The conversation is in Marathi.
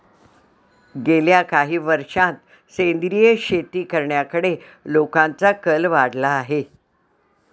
गेल्या काही वर्षांत सेंद्रिय शेती करण्याकडे लोकांचा कल वाढला आहे